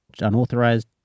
unauthorized